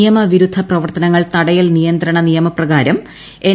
നിയമവിരുദ്ധ പ്രവർത്തനങ്ങൾ തടയൽ നിയന്ത്രണ നിയമ പ്രകാരം എൻ